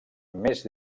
més